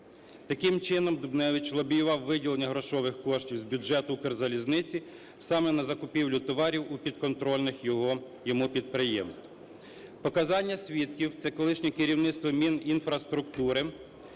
Таким чином, Дубневич лобіював виділення грошових коштів з бюджету "Укрзалізниці" саме на закупівлю товарів у підконтрольних йому підприємств. Показання свідків - це колишнє керівництво Мінінфраструктури,